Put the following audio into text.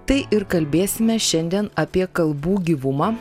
tai ir kalbėsime šiandien apie kalbų gyvumą